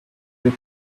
your